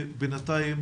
ובינתיים